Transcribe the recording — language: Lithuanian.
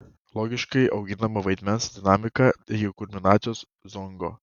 logiškai auginama vaidmens dinamika iki kulminacijos zongo